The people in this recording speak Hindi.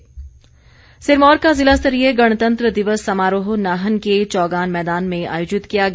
सिरमौर गणतंत्र दिवस सिरमौर का जिला स्तरीय गणतंत्र दिवस समारोह नाहन के चौगान मैदान में आयोजित किया गया